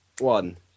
one